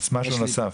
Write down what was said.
משהו נוסף?